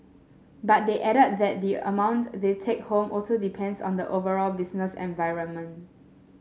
but they added that the amount they take home also depends on the overall business environment